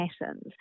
patterns